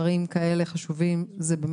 סעיפים 16(1), (3) ו-(4), 17 ו-20(ד) ו-(ה)